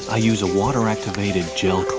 i use a water activated gel,